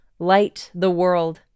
LightTheWorld